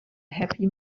happy